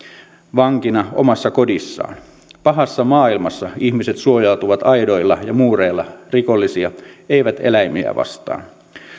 vankina omassa kodissaan pahassa maailmassa ihmiset suojautuvat aidoilla ja muureilla rikollisia eivät eläimiä vastaan